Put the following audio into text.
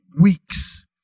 weeks